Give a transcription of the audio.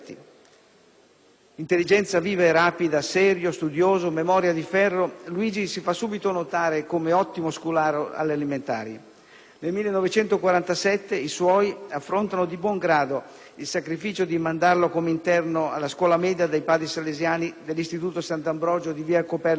Intelligenza viva e rapida, serio, studioso, memoria di ferro, Luigi si fa subito notare come ottimo scolaro alle elementari. Nel 1947 i suoi affrontano di buon grado il sacrificio di mandarlo come interno alla scuola media dei Padri salesiani dell'istituto Sant'Ambrogio di via Copernico a Milano.